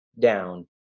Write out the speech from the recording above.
down